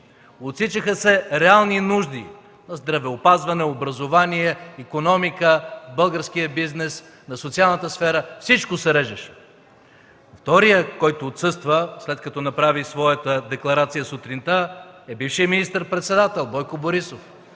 Отсичаха се реални нужди на здравеопазване, образование, икономика, българския бизнес, на социалната сфера. Всичко се режеше. Вторият, който отсъства, след като направи своята декларация сутринта, е бившият министър-председател Бойко Борисов,